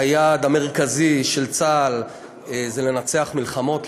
היעד המרכזי של צה"ל זה לנצח במלחמות,